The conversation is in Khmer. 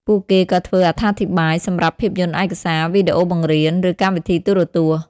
ពួកគេក៏ធ្វើអត្ថាធិប្បាយ សម្រាប់ភាពយន្តឯកសារ វីដេអូបង្រៀន ឬកម្មវិធីទូរទស្សន៍។